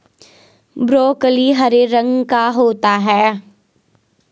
broccoli हरे रंग का होता है